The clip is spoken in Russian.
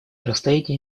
расстояние